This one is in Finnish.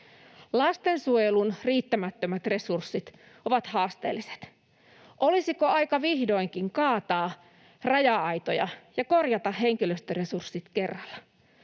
Lastensuojelun riittämättömät resurssit ovat haasteelliset. Olisiko aika vihdoinkin kaataa raja-aitoja ja korjata henkilöstöresurssit kerralla?